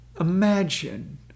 Imagine